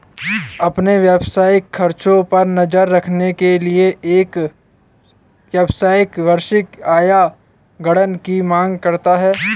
अपने व्यावसायिक खर्चों पर नज़र रखने के लिए, एक व्यवसायी वार्षिक आय गणना की मांग करता है